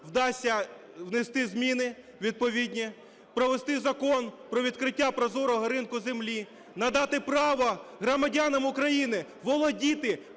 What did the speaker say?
вдасться внести зміни відповідні, провести Закон про відкриття прозорого ринку землі, надати право громадянам України володіти